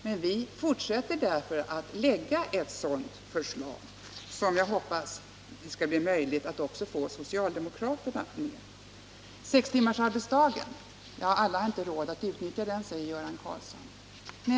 Men vi fortsätter att arbeta för ett sådant förslag, och jag hoppas att det skall bli möjligt att få socialdemokraterna med på det. Sextimmarsarbetsdagen har inte alla råd att utnyttja, säger Göran Karlsson.